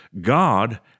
God